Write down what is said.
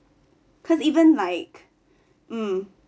cause even like mm